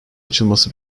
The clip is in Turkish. açılması